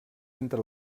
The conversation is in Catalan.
entre